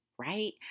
Right